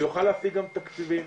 ויוכל להשיג גם תקציבים.